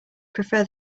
prefer